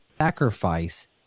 sacrifice